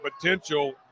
potential